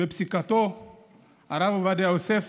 בפסיקתו הרב עובדיה יוסף